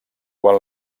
quan